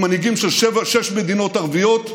עם מנהיגים של שש מדינות ערביות,